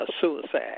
suicide